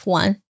one